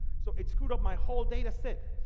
so it screwed up my whole dataset.